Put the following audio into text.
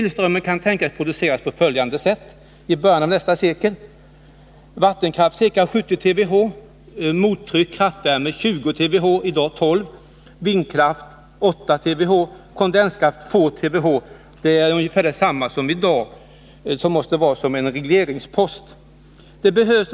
Elströmmen kan tänkas produceras på följande sätt i början av nästa sekel: Vattenkraft ca 70 TWh, mottryck-kraftvärme 20 TWh, i dag 12 TWh, vindkraft 8 TWh, kondenskraft 2 TWh, ungefär lika mycket som i dag och som måste finnas som en regleringspost.